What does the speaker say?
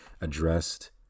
addressed